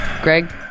Greg